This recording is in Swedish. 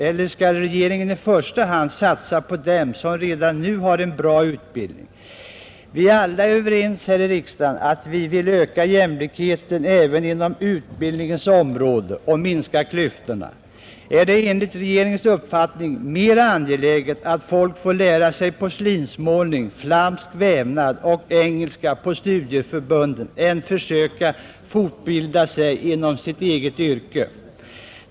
Eller skall regeringen i första hand satsa på dem som redan nu har en bra utbildning? Vi är alla överens här i riksdagen att vi vill öka jämlikheten även inom utbildningens område och minska klyftorna. Är det enligt regeringens uppfattning mera angeläget att folk får lära sig porslinsmålning, flamsk vävnad och engelska på studieförbunden än försöka fortbilda sig inom sitt eget yrke?